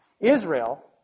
Israel